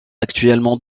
actuellement